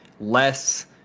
less